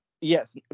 yes